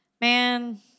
Man